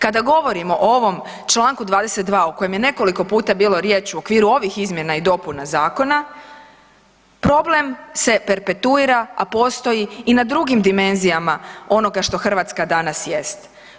Kada govorimo o ovom čl. 22. o kojem je nekoliko puta bilo riječ u okviru ovih izmjena i dopuna zakona, problem se perpetuira, a postoji i na drugim dimenzijama onoga što hrvatska danas jeste.